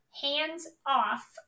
hands-off